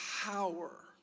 power